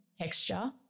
texture